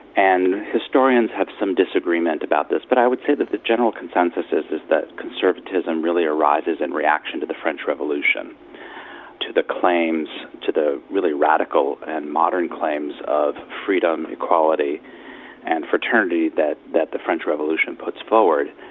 and historians have some disagreement about this, but i would say that the general consensus is is that conservatism really arises in and reaction to the french revolution to the claims, to the really radical and modern claims, of freedom, equality and fraternity that that the french revolution puts forward,